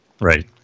Right